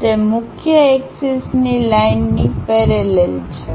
તે મુખ્ય એક્સિસ ની લાઈન ની પેરેલલ છે